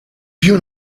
più